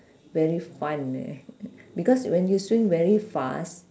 very fun eh because when you swing very fast